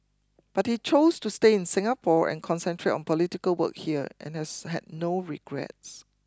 but he chose to stay in Singapore and concentrate on political work here and has had no regrets